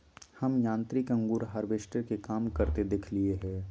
हम यांत्रिक अंगूर हार्वेस्टर के काम करते देखलिए हें